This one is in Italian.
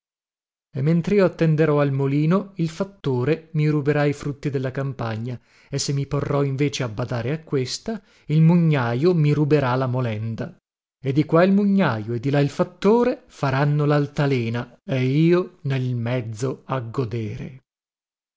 amministrava e mentrio attenderò al molino il fattore mi ruberà i frutti della campagna e se mi porrò invece a badare a questa il mugnajo mi ruberà la molenda e di qua il mugnajo e di là il fattore faranno laltalena e io nel mezzo a godere